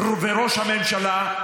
אל תפריעי לי.